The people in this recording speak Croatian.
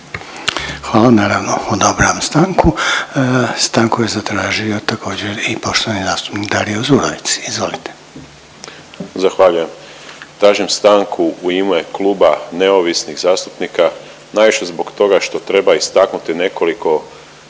Hvala. Naravno da vam odobravam stanku. Stanku je zatražio također i poštovani zastupnik Dario Zurovec. Izvolite. **Zurovec, Dario (Nezavisni)** Zahvaljujem. Tražim stanku u ime Kluba neovisnih zastupnika najviše zbog toga što treba istaknuti nekoliko možemo